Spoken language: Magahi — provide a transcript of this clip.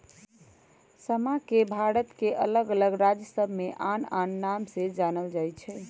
समा के भारत के अल्लग अल्लग राज सभमें आन आन नाम से जानल जाइ छइ